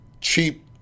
cheap